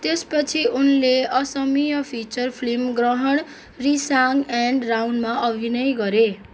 त्यसपछि उनले Asamiya feature film Grahan rising and राउन्डमा अभिनय गरे